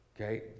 Okay